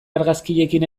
argazkiekin